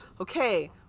okay